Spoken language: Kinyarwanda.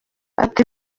ati